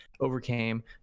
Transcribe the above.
overcame